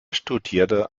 studierte